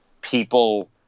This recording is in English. people